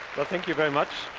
well, thank you very much